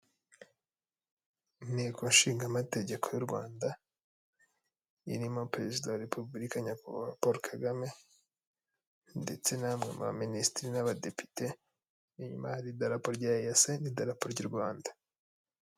Inteko nshingamategeko y'u Rwanda, irimo perezida wa repubulika nyakubahwa paul kagame, ndetse na bamwe mu ba minisitiri n'abadepite, inyuma hari idarapo rya eyase n'idarapo ry'u Rwanda.